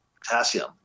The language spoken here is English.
potassium